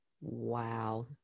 wow